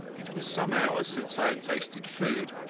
it was some hours since i had tasted food,